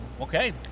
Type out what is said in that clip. okay